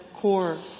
core